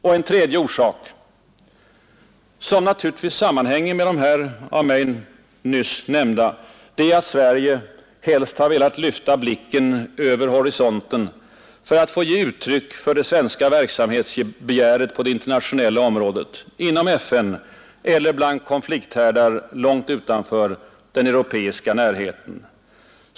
Och en tredje orsak som naturligtvis sammanhänger med de två av mig nyss nämnda är att Sverige helst velat lyfta blicken över horisonten för att få ge uttryck för det svenska verksamhetsbegäret på det internationella området inom FN eller bland konflikthärdar långt utanför den europeiska närheten.